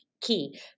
key